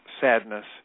sadness